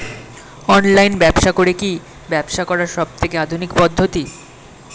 Online ব্যবসা করে কি ব্যবসা করার সবথেকে আধুনিক পদ্ধতি?